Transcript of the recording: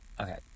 Okay